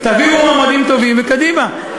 תביאו מועמדים טובים, וקדימה.